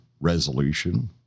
resolution